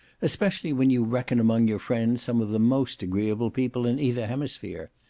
especially when you reckon among your friends some of the most agreeable people in either hemisphere.